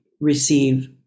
receive